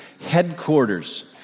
headquarters